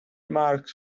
marks